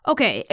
Okay